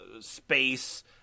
space